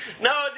no